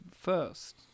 first